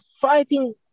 fighting